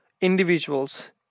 individuals